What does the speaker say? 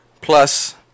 plus